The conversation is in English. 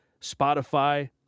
Spotify